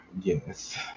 yes